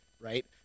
right